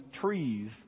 trees